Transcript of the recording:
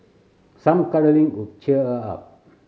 some cuddling could cheer her up